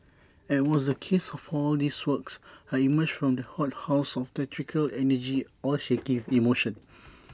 as was the case for all these works I emerged from that hothouse of theatrical energy all shaky emotion